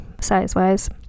size-wise